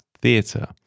theatre